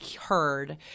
heard